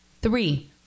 three